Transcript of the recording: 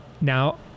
Now